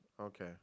okay